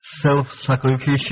self-sacrificial